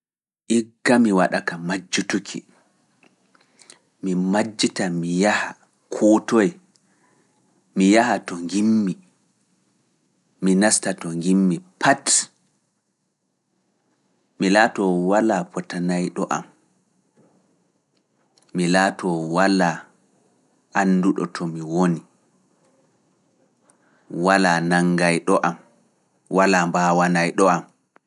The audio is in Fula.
Igga mi waɗa ka majjutuki, mi majjita mi yaha koo toye, mi yaha to njimmi, mi nasta to njimmi pat, mi laatoo walaa potanayɗo am, mi laatoo walaa annduɗo to mi woni, walaa nanngaayɗo am, walaa mbaawanayɗo am.